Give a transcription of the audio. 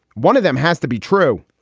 one of them has to be true.